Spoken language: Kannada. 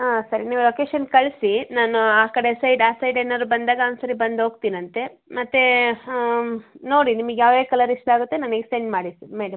ಹಾಂ ಸರಿ ನೀವು ಲೊಕೇಶನ್ ಕಳಿಸಿ ನಾನು ಆ ಕಡೆ ಸೈಡ್ ಆ ಸೈಡ್ ಏನಾದರೂ ಬಂದಾಗ ಒಂದು ಸರಿ ಬಂದು ಹೋಗ್ತೀನಂತೆ ಮತ್ತು ನೋಡಿ ನಿಮಗ್ ಯಾವ ಯಾವ ಕಲರ್ ಇಷ್ಟ ಆಗುತ್ತೆ ನನಗ್ ಸೆಂಡ್ ಮಾಡಿ ಮೇಡಮ್